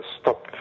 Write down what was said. stop